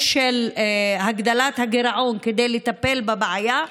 של הגדלת הגירעון כדי לטפל בבעיה,